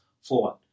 forward